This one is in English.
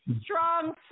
strong